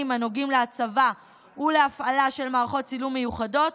הנוגעים להצבה ולהפעלה של מערכות צילום מיוחדות